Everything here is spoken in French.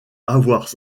avoir